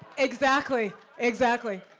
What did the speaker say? exactly, exactly.